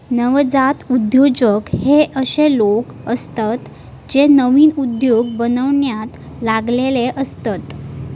नवजात उद्योजक हे अशे लोक असतत जे नवीन उद्योग बनवण्यात लागलेले असतत